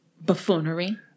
buffoonery